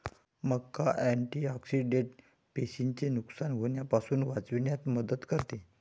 मका अँटिऑक्सिडेंट पेशींचे नुकसान होण्यापासून वाचविण्यात मदत करते